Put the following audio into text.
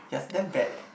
you're damn bad eh